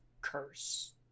curse